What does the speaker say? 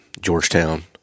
Georgetown